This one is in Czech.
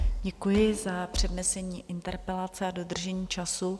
Děkuji za přednesení interpelace a dodržení času.